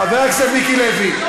חבר הכנסת מיקי לוי.